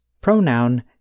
pronoun